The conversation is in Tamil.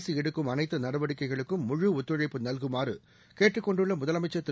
அரசு எடுக்கும் அனைத்து நடவடிக்கைகளுக்கு முழு ஒத்துழைப்பு நல்குமாறும் கேட்டுக்கொண்டுள்ள முதலமைச்ச் திரு